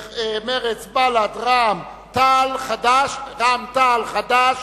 בל"ד, רע"ם-תע"ל וחד"ש.